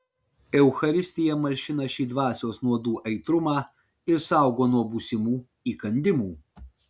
eucharistija malšina šį dvasios nuodų aitrumą ir saugo nuo būsimų įkandimų